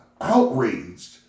outraged